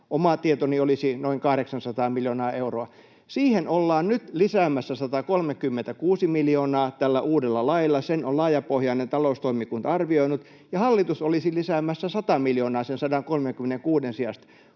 Oma tietoni olisi noin 800 miljoonaa euroa. Siihen ollaan nyt lisäämässä 136 miljoonaa tällä uudella lailla — sen on laajapohjainen taloustoimikunta arvioinut — ja hallitus olisi lisäämässä 100 miljoonaa sen 136:n sijasta.